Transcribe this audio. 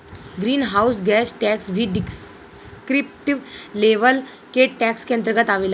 green house gas tax भी descriptive level के tax के अंतर्गत आवेला